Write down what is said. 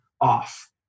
off